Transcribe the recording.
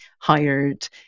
hired